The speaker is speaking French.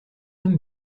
homme